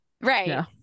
Right